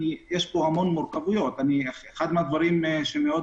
יש הרבה מורכבות ואחד הדברים שמאוד